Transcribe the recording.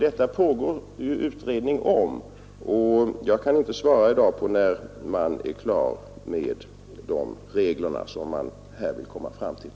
Detta pågår det alltså utredning om, och jag kan inte svara i dag på frågan om när man är klar med de regler som man här vill komma fram till.